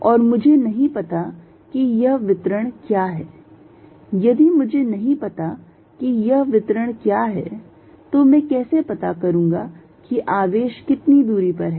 और मुझे नहीं पता कि यह वितरण क्या है यदि मुझे नहीं पता कि यह वितरण क्या है तो मैं कैसे पता करूंगा कि आवेश कितनी दूरी पर हैं